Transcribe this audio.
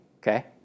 Okay